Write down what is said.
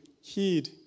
heed